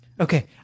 Okay